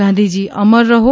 ગાંધીજી અમર રહો